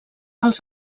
els